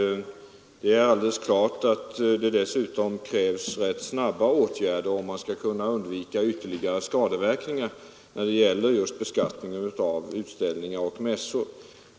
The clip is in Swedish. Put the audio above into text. Det är alldeles klart att det ————— dessutom krävs snabba åtgärder för att undvika ytterligare skadeverkningar när det gäller just beskattning av utställningar och mässor.